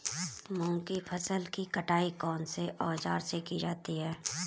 मूंग की फसल की कटाई कौनसे औज़ार से की जाती है?